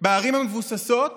בערים המבוססות